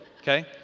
Okay